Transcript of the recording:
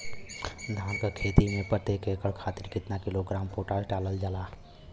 धान क खेती में प्रत्येक एकड़ खातिर कितना किलोग्राम पोटाश डालल जाला?